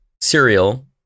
serial